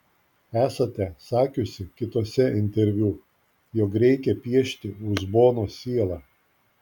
esate sakiusi kituose interviu jog reikia piešti uzbono sielą